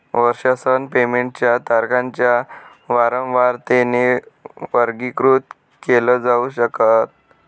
वर्षासन पेमेंट च्या तारखांच्या वारंवारतेने वर्गीकृत केल जाऊ शकत